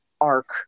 arc